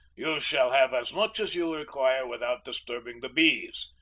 you shall have as much as you require without disturbing the bees.